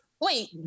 Wait